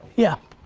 yeah.